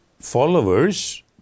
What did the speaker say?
followers